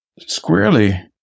squarely